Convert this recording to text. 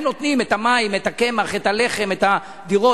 הם נותנים את המים, את הקמח, את הלחם, את הדירות.